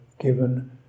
given